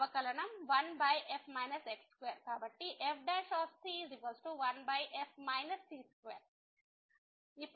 కాబట్టి fc15 c2